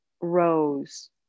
rose